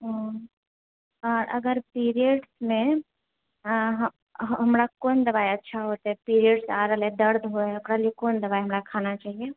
हुँ आओर अगर पीरियड्स मे हमरा कोन दवाइ अच्छा ही छै पीरियड्स आबयमे दर्दमे ओकरा लिए हमरा कोन दवाइ खाना चाहिए